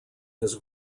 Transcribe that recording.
his